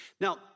Now